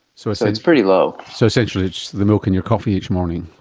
so so it's pretty low. so essentially it's the milk in your coffee each morning,